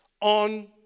on